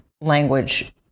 language